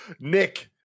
Nick